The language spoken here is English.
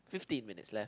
fifteen minutes left